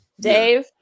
Dave